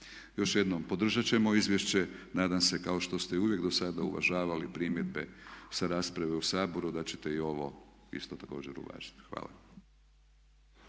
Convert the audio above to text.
Još jednom, podržati ćemo izvješće nadam se kao što ste i uvijek do sada uvažavali primjedbe sa rasprave u Saboru da ćete i ovo isto tako uvažiti. Hvala.